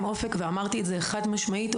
ואמרתי את זה חד משמעית,